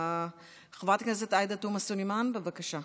חברת הכנסת עאידה תומא סלימאן, בבקשה.